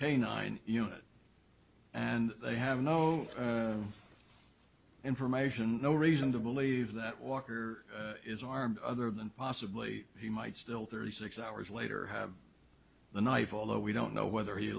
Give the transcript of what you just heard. canine unit and they have no information no reason to believe that walker is armed other than possibly he might still thirty six hours later the night although we don't know whether he